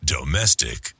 Domestic